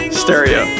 stereo